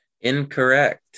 Incorrect